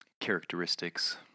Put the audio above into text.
characteristics